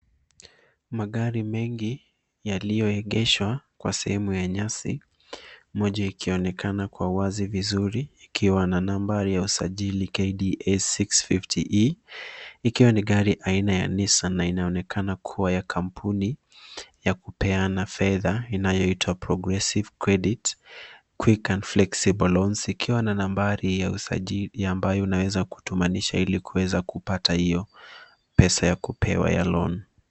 Magari mengi yaliyoegeshwa kwa sehemu ya nyasi moja ikionekana kwa wazi vizuri ikiwa na nambari ya usajili KDA 650E, ikiwa ni gari aina ya Nissan na inaonekana kuwa ya kampuni ya kupeana fedha inayoitwa Progressive Credit, Quick and Flexible loans ikiwa na nambari ya usajili ambayo unaweza kutumanisha ilikuweza kupata iyo pesa ya kupewa ya loan .